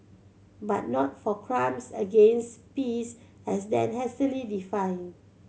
but not for crimes against peace as then hastily defined